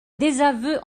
désaveu